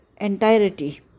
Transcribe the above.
entirety